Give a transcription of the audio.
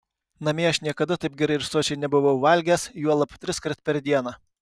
namie aš niekada taip gerai ir sočiai nebuvau valgęs juolab triskart per dieną